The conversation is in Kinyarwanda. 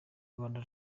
rwanda